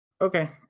Okay